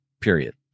period